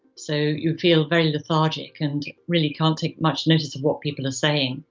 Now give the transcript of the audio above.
so you feel very lethargic and really can't take much notice of what people are saying,